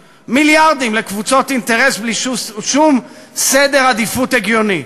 לקבוצות אינטרס בלי שום סדר עדיפות הגיוני.